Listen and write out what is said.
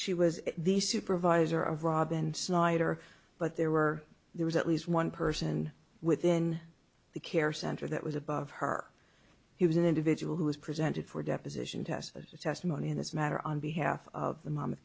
she was the supervisor of robin snyder but there were there was at least one person within the care center that was above her he was an individual who was presented for a deposition test as a testimony in this matter on behalf of the mom